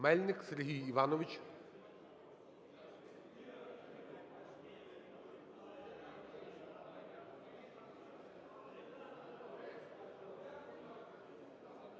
Мельник Сергій Іванович.